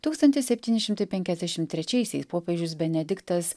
tūkstantis septyni šimtai penkiasdešim trečiaisiais popiežius benediktas